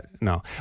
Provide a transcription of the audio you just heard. no